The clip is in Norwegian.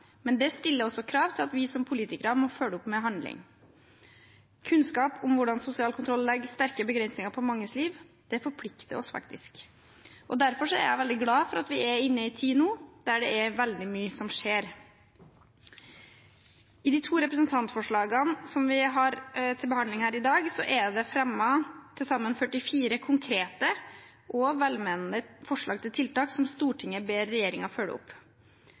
men det stiller også krav til at vi som politikere må følge opp med handling. Kunnskap om hvordan sosial kontroll legger sterke begrensninger på manges liv, forplikter. Derfor er jeg veldig glad for at vi nå er inne i en tid da det er veldig mye som skjer. I de to representantforslagene som vi har til behandling her i dag, er det fremmet til sammen 44 konkrete og velmente forslag til tiltak som Stortinget ber regjeringen følge opp.